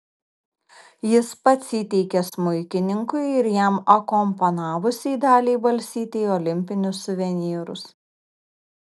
jis pats įteikė smuikininkui ir jam akompanavusiai daliai balsytei olimpinius suvenyrus